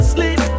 Sleep